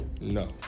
No